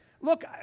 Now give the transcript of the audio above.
Look